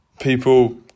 people